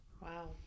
Wow